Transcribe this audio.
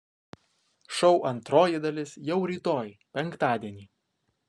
šou antroji dalis jau rytoj penktadienį